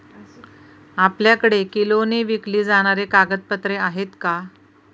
आपल्याकडे किलोने विकली जाणारी कागदपत्रे आहेत का?